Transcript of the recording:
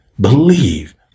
Believe